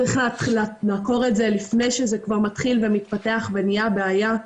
צריך לעקור את זה לפני שזה כבר מתחיל ומתפתח ונהייה בעיה .